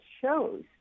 shows